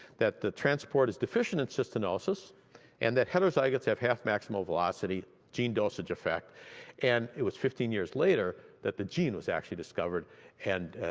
that the transport is deficient in cystinosis and that heterozygotes have half velocity, gene dosage effect and it was fifteen years later that the gene was actually discovered and